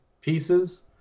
pieces